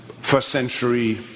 first-century